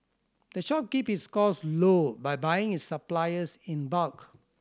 the shop keep its costs low by buying its supplies in bulk